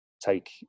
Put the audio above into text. take